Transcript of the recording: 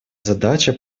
задача